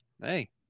Hey